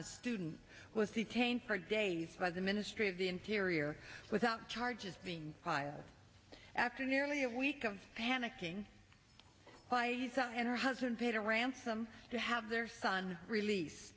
a student was detained for days by the ministry of the interior without charges being filed after nearly a week of panicking and her husband paid a ransom to have their son release